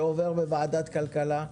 שעובר בוועדת הכלכלה.